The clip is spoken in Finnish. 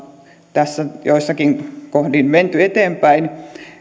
tässä joissakin kohdin menty eteenpäin